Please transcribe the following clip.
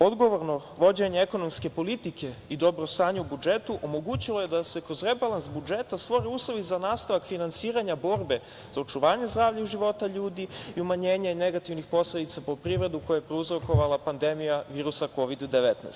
Odgovorno vođenje ekonomske politike i dobro stanje u budžetu je omogućilo da se kroz rebalans budžeta stvore uslovi za nastavak finansiranja borbe za očuvanje zdravlja i života ljudi i umanjenja negativnih posledica po privredu koje je prouzrokovala pandemija virusa Kovid 19.